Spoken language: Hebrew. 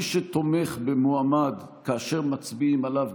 מי שתומך במועמד כאשר מצביעים עליו,